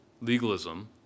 legalism